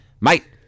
mate